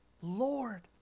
Lord